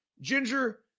ginger